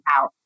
out